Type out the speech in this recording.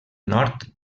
nord